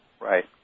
Right